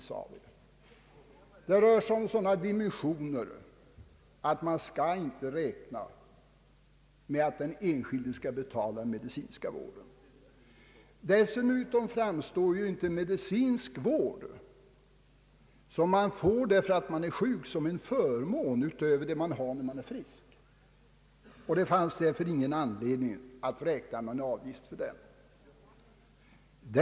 Det gäller här summor av sådana dimensioner att man inte kan räkna med att den enskilde skall betala den medicinska vården. Dessutom framstår ju inte medicinsk vård, som man får därför att man är sjuk, som en förmån utöver vad man har när man är frisk. Det fanns därför ingen anledning att räkna med en avgift för denna vård.